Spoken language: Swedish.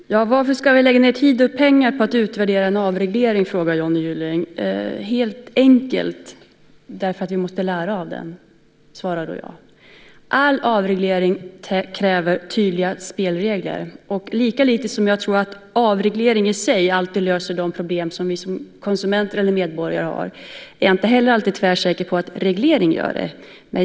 Herr talman! Varför ska vi lägga ned tid och pengar på att utvärdera en avreglering, frågar Johnny Gylling. Helt enkelt därför att vi måste lära av den, svarar jag. All avreglering kräver tydliga spelregler, och lika lite som jag tror att avreglering i sig alltid löser de problem som vi som konsumenter eller medborgare har är jag tvärsäker på att reglering gör det.